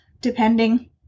depending